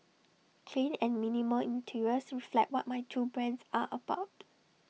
clean and minimal interiors reflect what my two brands are about